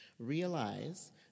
Realize